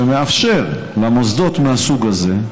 שמאפשר למוסדות מהסוג הזה,